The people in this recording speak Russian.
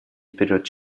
вперед